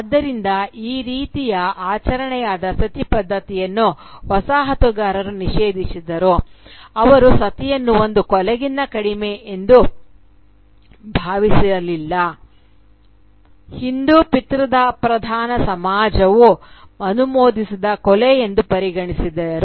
ಆದ್ದರಿಂದ ಈ ರೀತಿಯ ಆಚರಣೆಯಾದ ಸತಿ ಪದ್ಧತಿಯನ್ನು ವಸಾಹತುಗಾರರು ನಿಷೇಧಿಸಿದರು ಅವರು ಸತಿಯನ್ನು ಒಂದು ಕೊಲೆಗಿಂತ ಕಡಿಮೆ ಎಂದು ಭಾವಿಸಲಿಲ್ಲ ಹಿಂದೂ ಪಿತೃಪ್ರಧಾನ ಸಮಾಜವು ಅನುಮೋದಿಸಿದ ಕೊಲೆ ಎಂದು ಪರಿಗಣಿಸಿದರು